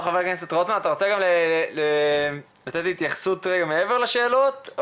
אתה רוצה לתת התייחסות מעבר לשאלות.